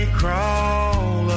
crawl